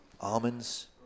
almonds